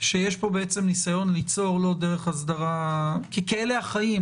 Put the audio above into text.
שיש פה בעצם ניסיון ליצור לא דרך הסדרה - כי כאלה החיים,